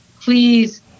Please